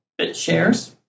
BitShares